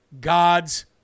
God's